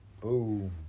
Boom